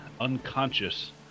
unconscious